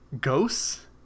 Ghosts